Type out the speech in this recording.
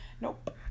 Nope